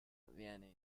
viene